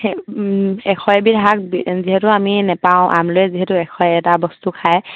সেই এশ এবিধ শাক যিহেতু আমি নেপাওঁ যিহেতু এশ এটা বস্তু খায়